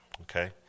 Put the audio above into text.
Okay